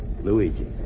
Luigi